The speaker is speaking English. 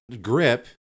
grip